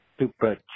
super